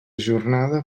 jornada